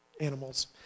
animals